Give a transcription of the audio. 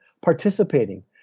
participating